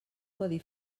codi